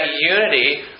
unity